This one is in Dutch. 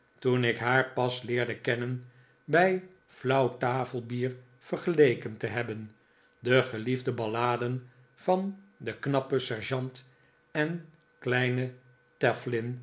toen ik haar pas leerde kennen bij flauw tafelbier vergeleken te hebben de geliefde balladen van de knappe sergeant en kleine